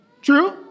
True